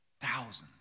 thousands